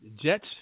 Jets